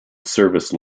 service